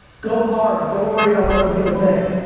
go hard, don't worry about what other people think.